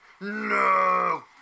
No